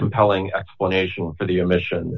compelling explanation for the omission